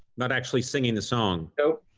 not actually singing the song. nope,